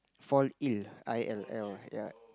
fall ill I L L ya